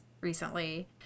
recently